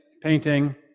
painting